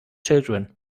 children